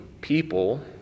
people